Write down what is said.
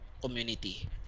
community